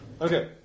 Okay